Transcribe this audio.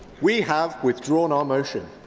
we have withdrawn our motion.